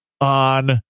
on